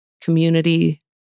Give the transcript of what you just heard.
community